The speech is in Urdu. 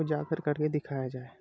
اجاگر کر کے دکھایا جائے